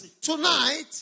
Tonight